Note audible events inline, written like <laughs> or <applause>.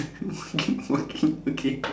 <laughs> walking walking okay